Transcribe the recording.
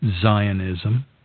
Zionism